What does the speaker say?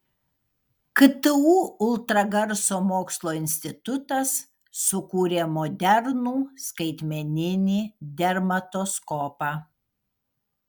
ktu ultragarso mokslo institutas sukūrė modernų skaitmeninį dermatoskopą